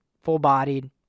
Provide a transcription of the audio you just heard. Full-bodied